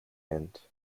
event